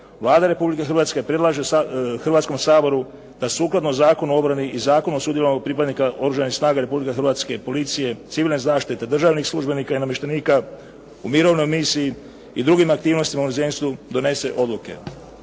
Vlada Republike Hrvatske predlaže Hrvatskom saboru da sukladno Zakonu o obrani i Zakonu o sudjelovanju pripadnika Oružanih snaga Republike Hrvatske, policije, civilne zaštite, državnih službenika i namještenika u mirovnoj misiji i drugim aktivnostima u inozemstvu donese odluke